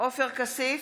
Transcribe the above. עופר כסיף,